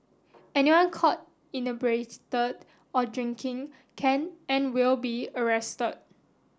anyone caught inebriated or drinking can and will be